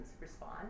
respond